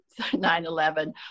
9-11